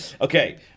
Okay